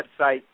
website